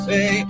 Say